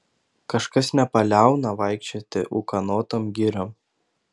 kažkas nepaliauna vaikščioti ūkanotom giriom